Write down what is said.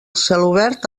celobert